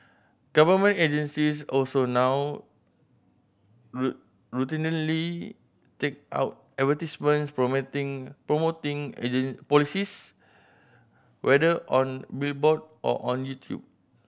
government agencies also now routinely take out advertisements promoting promoting policies whether on billboard or on YouTube